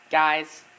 Guys